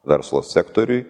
verslo sektoriui